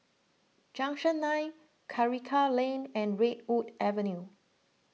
Junction nine Karikal Lane and Redwood Avenue